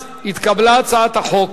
מאז התקבלה הצעת החוק